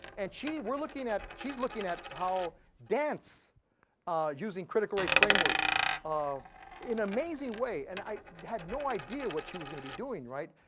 and she, we're looking at, she's looking at how dance using critical race frameworks in amazing way, and i had no idea what she was gonna be doing, right?